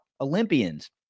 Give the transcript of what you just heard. Olympians